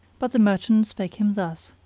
but the merchant spake him thus,